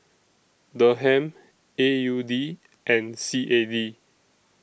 Dirham A U D and C A D